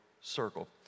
circle